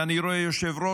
ואני רואה יושב-ראש,